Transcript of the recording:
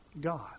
God